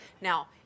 Now